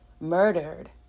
murdered